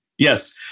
Yes